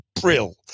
brill